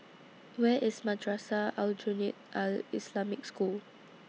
Where IS Madrasah Aljunied Al Islamic School